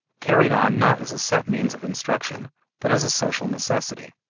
carried on not as a set means of instruction but as a social necessity.